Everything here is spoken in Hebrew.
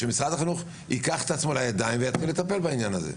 שמשרד החינוך ייקח את עצמו לידיים ויתחיל לטפל בדבר הזה.